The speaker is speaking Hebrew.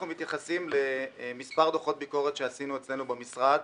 אנחנו מתייחסים למספר דוחות ביקורת שעשינו אצלנו במשרד.